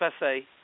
passé